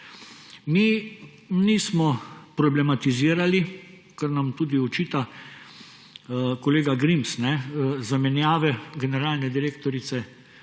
Mi nismo problematizirali, kar nam tudi očita kolega Grims, zamenjave generalne direktorice Policije